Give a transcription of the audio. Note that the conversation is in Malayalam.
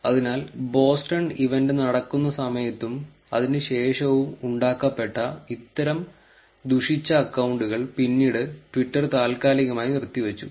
അതിനാൽ ബോസ്റ്റൺ ഇവന്റ് നടക്കുന്ന സമയത്തും അതിനു ശേഷവും ഉണ്ടാക്കപ്പെട്ട ഇത്തര ദുഷിച്ച അക്കൌണ്ടുകൾ പിന്നീട് ട്വിറ്റർ താൽക്കാലികമായി നിർത്തിവച്ചു